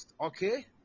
Okay